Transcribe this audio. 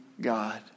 God